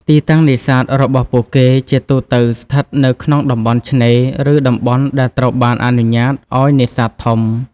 ទីតាំងនេសាទរបស់ពួកគេជាទូទៅស្ថិតនៅក្នុងតំបន់ ឆ្នេរ ឬតំបន់ដែលត្រូវបានអនុញ្ញាតឱ្យនេសាទធំ។